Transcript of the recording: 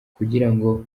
kugirango